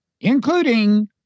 including